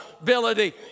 ability